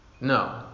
No